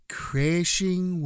crashing